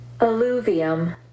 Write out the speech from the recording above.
Alluvium